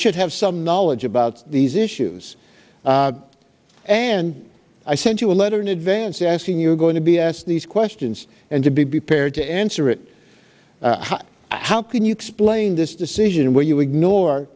should have some knowledge about these issues and i sent you a letter in advance asking you're going to be asked these questions and to be prepared to answer it haha how can you explain this decision when you ignore